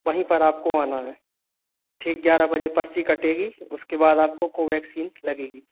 वहीं पर आपको आना है ठीक ग्यारह बजे पर्ची कटेगी उसके बाद आपको कोवेक्सीन लगेगी